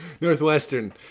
northwestern